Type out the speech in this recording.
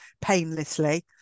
painlessly